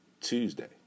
Tuesday